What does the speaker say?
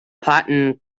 platinum